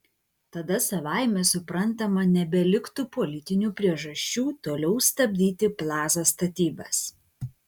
tada savaime suprantama nebeliktų politinių priežasčių toliau stabdyti plaza statybas